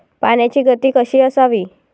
पाण्याची गती कशी असावी?